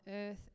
earth